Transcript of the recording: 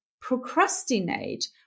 procrastinate